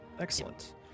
Excellent